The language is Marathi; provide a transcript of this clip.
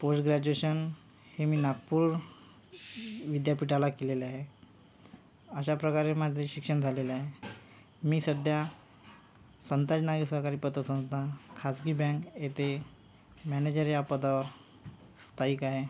पोस्ट ग्रॅज्युएशन हे मी नागपूर विद्यापीठाला केलेलं आहे अशा प्रकारे माझे शिक्षण झालेले आहे मी सध्या संताजी नागरी सहकारी पतसंस्था खाजगी बँक येथे मॅनेजर या पदावर स्थायिक आहे